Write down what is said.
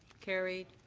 carried.